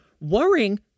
worrying